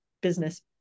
business